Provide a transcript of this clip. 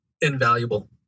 Invaluable